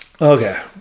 Okay